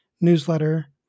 newsletter